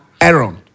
Aaron